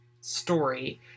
story